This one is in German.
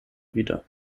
wieder